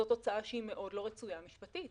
זאת תוצאה שהיא מאוד לא רצויה משפטית,